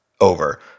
over